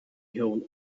whole